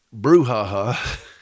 brouhaha